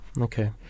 Okay